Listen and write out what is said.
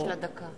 יש לך דקה.